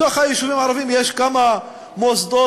בתוך היישובים הערביים יש כמה מוסדות